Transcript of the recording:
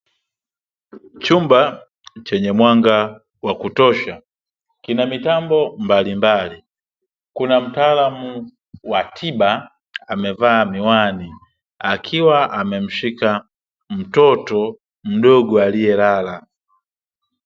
Chumba chenye mwanga wa kutosha, kina mitambo mbalimbali, kuna mtaalamu wa tiba amevaa miwani akiwa amemshika mtoto mdogo aliyelala.